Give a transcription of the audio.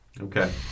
Okay